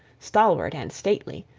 stalwart and stately.